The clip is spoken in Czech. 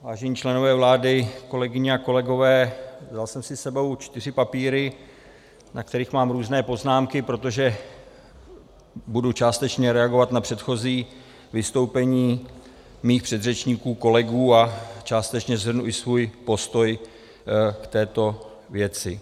Vážení členové vlády, kolegyně a kolegové, vzal jsem si s sebou čtyři papíry, na kterých mám různé poznámky, protože budu částečně reagovat na předchozí vystoupení mých předřečníků kolegů a částečně shrnu i svůj postoj k této věci.